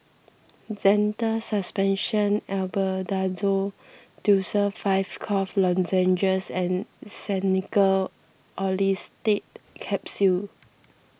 Zental Suspension Albendazole Tussils five Cough Lozenges and Xenical Orlistat Capsules